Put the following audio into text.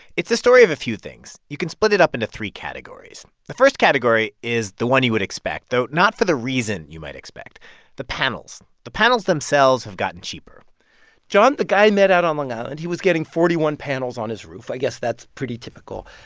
it's the story of a few things. you can split it up into three categories. the first category is the one you would expect, though not for the reason you might expect the panels. the panels themselves have gotten cheaper john, the guy i met out on long island, he was getting forty one panels on his roof. i guess that's pretty typical.